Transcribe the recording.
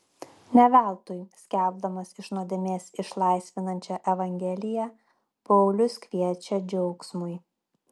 ne veltui skelbdamas iš nuodėmės išlaisvinančią evangeliją paulius kviečia džiaugsmui